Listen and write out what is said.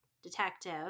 detective